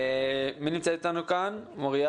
מוריה